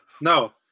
No